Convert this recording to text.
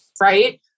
right